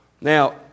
Now